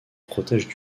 protègent